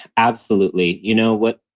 absolutely. you know what,